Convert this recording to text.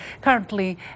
currently